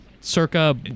circa